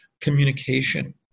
communication